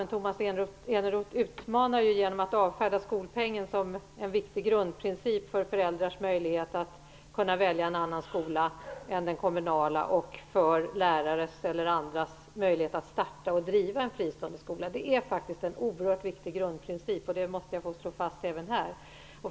Men Tomas Eneroth utmanar oss genom att avfärda skolpengen som en viktig grundprincip för föräldrars möjlighet att välja en annan skola än den kommunala och för lärares eller andras möjlighet att starta och driva en fristående skola. Det är faktiskt en oerhört viktig grundprincip. Det måste jag få slå fast även här.